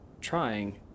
trying